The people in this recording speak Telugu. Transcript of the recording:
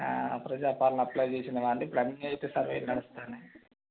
ఆ ప్రజాపాలన అప్లై చేసినావా అంటే ఇప్పుడు అన్నీ అయితే సర్వేలు నడుస్తున్నాయి